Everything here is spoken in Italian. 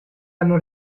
hanno